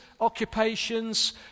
occupations